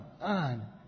on